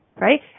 right